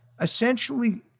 essentially